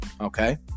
Okay